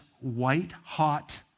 white-hot